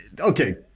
Okay